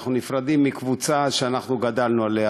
אנחנו נפרדים מקבוצה שגדלנו עליה,